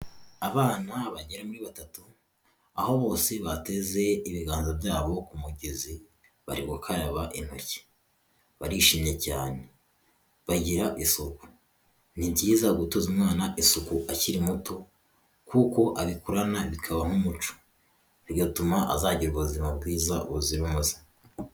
Abana bagera muri batatu aho bose bateze ibiganza byabo ku mugezi, bayobokaba intoki barishimye cyane, bagira isuku ni byiza gutoza umwana isuku akiri muto, kuko abikurana bikaba nk'umuco, bigatuma azagira ubuzima bwiza buzira umuze.